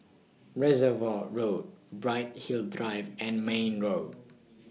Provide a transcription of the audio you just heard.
Reservoir Road Bright Hill Drive and Mayne Road